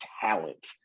talent